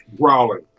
growling